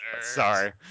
Sorry